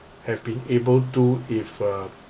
have been able to if uh